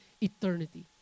eternity